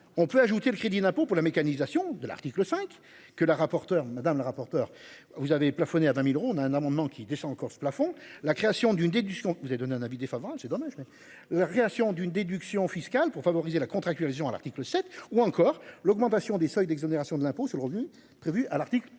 on peut ajouter le crédit d'impôt pour la mécanisation de l'article 5 que la rapporteur, madame la rapporteur vous avez plafonné à 20.000 euros. Un amendement qui descend en Corse plafond la création d'une déduction que vous avez donné un avis défavorable, c'est dommage quoi. Réaction d'une déduction fiscale pour favoriser la contractualisation à l'article 7 ou encore l'augmentation des seuils d'exonération de l'impôt sur le revenu. Prévue à l'article